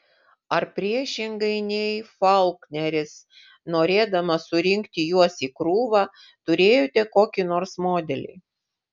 ar priešingai nei faulkneris norėdamas surinkti juos į krūvą turėjote kokį nors modelį